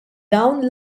dawn